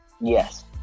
Yes